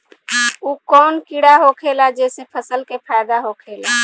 उ कौन कीड़ा होखेला जेसे फसल के फ़ायदा होखे ला?